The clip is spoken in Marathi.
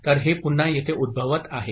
तर हे पुन्हा येथे उद्भवत आहे